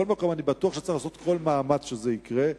מכל מקום, אני בטוח שצריך לעשות כל מאמץ שזה יקרה.